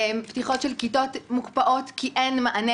פתיחות של כיתות מוקפאות כי אין מענה